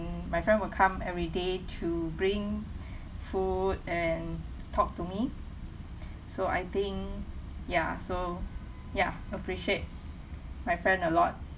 my friend will come every day to bring food and talk to me so I think ya so ya appreciate my friend a lot